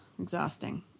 Exhausting